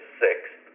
sixth